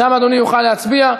שם אדוני יוכל להצביע.